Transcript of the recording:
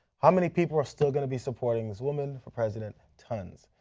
how many people are still going to be supporting this woman for president? tons.